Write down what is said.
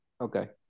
Okay